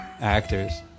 actors